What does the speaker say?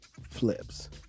flips